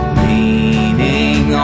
leaning